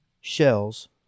shells